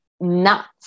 nuts